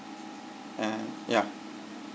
and ya